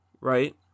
Right